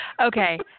Okay